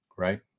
Right